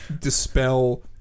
dispel